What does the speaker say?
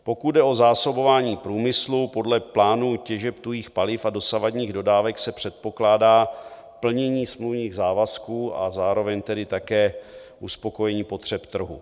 Pokud jde o zásobování průmyslu, podle plánu těžeb tuhých paliv a dosavadních dodávek se předpokládá plnění smluvních závazků, a zároveň tedy také uspokojení potřeb trhu.